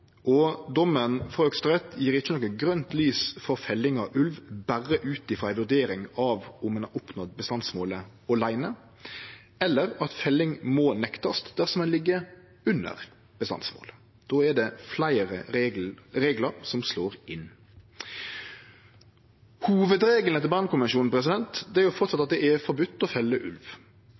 og dommen frå Høgsterett gjev ikkje noko grønt lys for felling av ulv berre ut frå ei vurdering av om ein har oppnådd bestandsmålet åleine, eller at felling må nektast dersom ein ligg under bestandsmålet. Då er det fleire reglar som slår inn. Hovudregelen etter Bernkonvensjonen er framleis at det er forbode å felle ulv.